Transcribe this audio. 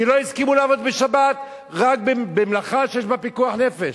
כי לא הסכימו לעבוד בשבת אלא רק במלאכה שיש בה פיקוח נפש.